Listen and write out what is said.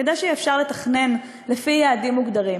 כדי שיהיה אפשר לתכנן לפי יעדים מוגדרים,